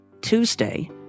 Tuesday